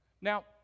Now